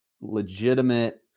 legitimate